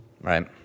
right